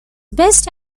best